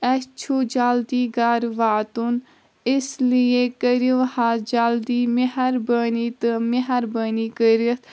اسہِ چھُ جلدی گرٕ واتُن اسلیے کٔرِو حظ جلدی مہربٲنی تہٕ مہربٲنی کٔرِتھ